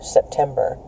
September